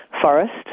forest